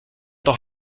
doch